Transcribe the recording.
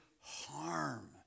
harm